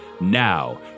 Now